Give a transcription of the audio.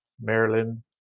Maryland